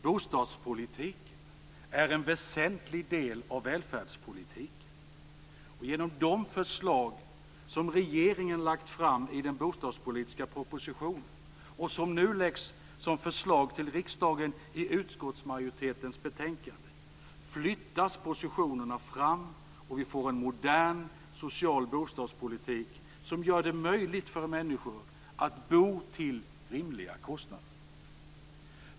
Bostadspolitiken är en väsentlig del av välfärdspolitiken. Genom de förslag som regeringen lagt fram i den bostadspolitiska propositionen och som nu läggs fram som förslag till riksdagen i utskottsmajoritetens betänkande flyttas positionerna fram, och vi får en modern social bostadspolitik som gör det möjligt för människor att bo till rimliga kostnader.